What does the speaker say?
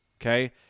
Okay